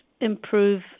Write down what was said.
improve